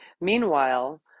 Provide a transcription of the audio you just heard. meanwhile